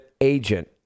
agent